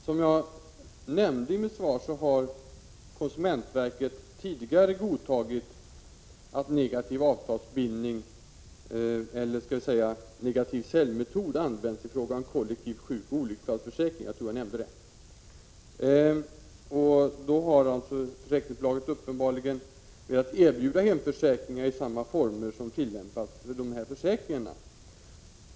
Som jag nämnde i mitt svar har konsumentverket tidigare godtagit att negativ avtalsbindning eller, rättare sagt, negativ säljmetod används vid kollektiv sjukoch olycksfallsförsäkring. Försäkringsbolaget har uppenbarligen velat erbjuda hemförsäkringar i samma former som tillämpats för dessa försäkringar.